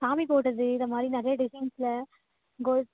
சாமி போட்டது இந்த மாதிரி நிறைய டிசைன்ஸில் கோல்ட்